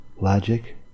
logic